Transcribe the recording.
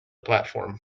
platform